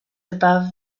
above